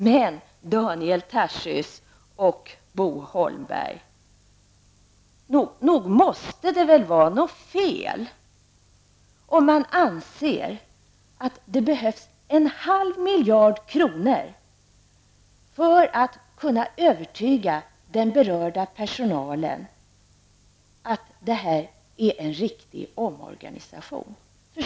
Men, Daniel Tarschys och Bo Holmberg: Nog måste det vara något fel, om man anser att det behövs en halv miljard kronor för att övertyga den berörda personalen om att det rör sig om en riktig omorganisation.